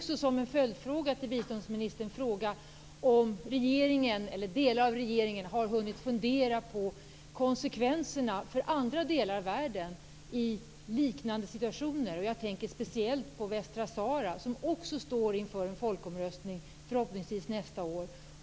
Som en följdfråga vill jag fråga biståndsministern om regeringen eller delar av regeringen har hunnit fundera på konsekvenserna för andra delar av världen i liknande situationer. Jag tänker speciellt på västra Sahara, som också står inför en folkomröstning, förhoppningsvis nästa år.